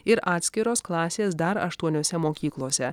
ir atskiros klasės dar aštuoniose mokyklose